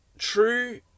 True